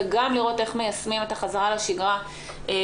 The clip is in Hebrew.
וגם לראות איך מיישמים את החזרה לשגרה בפועל,